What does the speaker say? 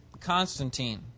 constantine